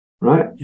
right